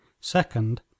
second